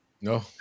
No